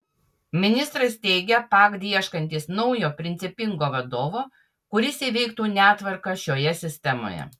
ministras teigia pagd ieškantis naujo principingo vadovo kuris įveiktų netvarką šioje sistemoje